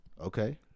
okay